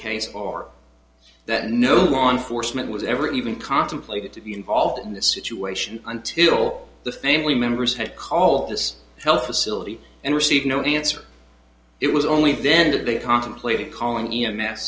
case for that no law enforcement was ever even contemplated to be involved in this situation until the family members had call this health facility and received no answer it was only then that they contemplated calling